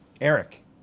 Eric